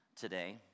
today